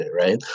right